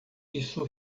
isso